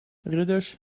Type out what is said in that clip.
ridders